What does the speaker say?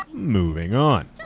moving on.